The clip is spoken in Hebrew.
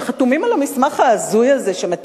שחתומים על המסמך ההזוי הזה שאני מחזיקה בידי